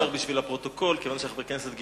אני אומר בשביל הפרוטוקול, כיוון שאנחנו בכנסת.